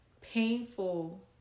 painful